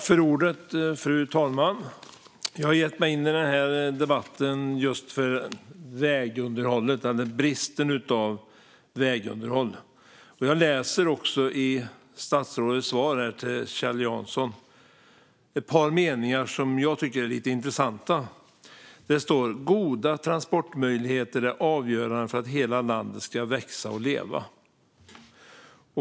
Fru talman! Jag har gett mig in i den här debatten för att tala om bristen på vägunderhåll. Jag hör i statsrådets svar till Kjell Jansson ett par meningar som jag tycker är lite intressanta. Det framgick följande: "Goda transportmöjligheter är avgörande för att hela landet ska växa och leva."